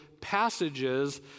passages